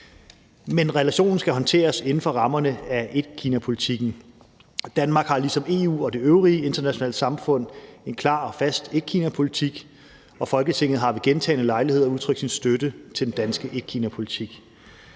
men relationen skal håndteres inden for rammerne af etkinapolitikken. Danmark har ligesom EU og det øvrige internationale samfund en klar og fast etkinapolitik, og Folketinget har ved gentagne lejligheder udtrykt sin støtte til den danske etkinapolitik.